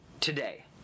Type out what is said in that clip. today